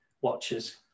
watches